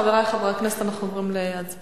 אם כך, חברי חברי הכנסת, אנחנו עוברים להצבעה.